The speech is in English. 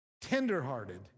tenderhearted